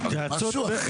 זה משהו אחר.